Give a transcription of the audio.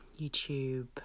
YouTube